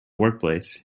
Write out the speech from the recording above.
workplace